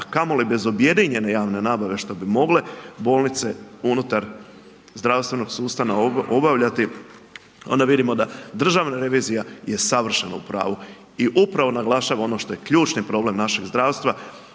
kamoli bez objedinjene javne nabave, što bi mogle bolnice unutar zdravstvenog sustava obavljati, onda vidimo da državna revizija je savršeno u pravo i upravo naglašava ono što je ključni problem našeg zdravstva,